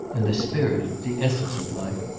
and the spirit, the essence of life,